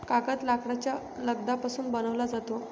कागद लाकडाच्या लगद्यापासून बनविला जातो